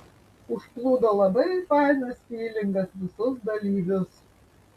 užplūdo labai fainas fylingas visus dalyvius